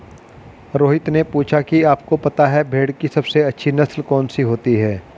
रोहित ने पूछा कि आप को पता है भेड़ की सबसे अच्छी नस्ल कौन सी होती है?